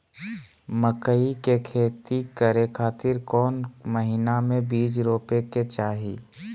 मकई के खेती करें खातिर कौन महीना में बीज रोपे के चाही?